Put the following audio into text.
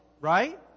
right